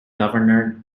governor